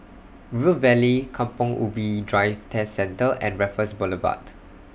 River Valley Kampong Ubi Driving Test Centre and Raffles Boulevard